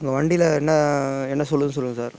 உங்கள் வண்டியில் என்ன என்ன சொல்லுதுன்னு சொல்லுங்கள் சார்